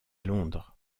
londres